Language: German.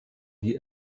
die